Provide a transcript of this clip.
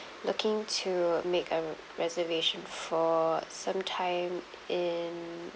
looking to make a reservation for some time in